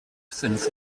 sense